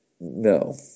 No